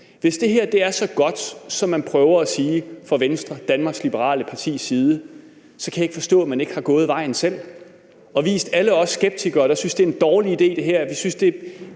Hvis det her er så godt, som man prøver at sige fra Venstre, Danmarks Liberale Partis, side, så kan jeg ikke forstå, at man ikke er gået vejen selv og har vist alle os skeptikere det; alle os, der synes, det her er